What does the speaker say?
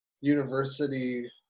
University